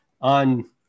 on